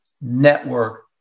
network